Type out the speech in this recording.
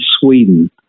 Sweden